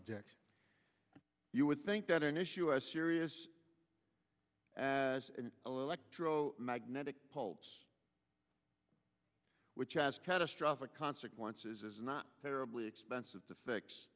objection you would think that an issue as serious as an electro magnetic poles which has catastrophic consequences is not terribly expensive to fix